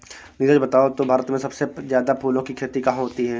नीरज बताओ तो भारत में सबसे ज्यादा फूलों की खेती कहां होती है?